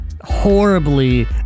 horribly